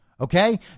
Okay